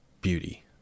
beauty